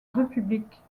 république